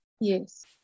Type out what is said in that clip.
Yes